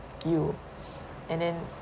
you and then